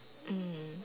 mm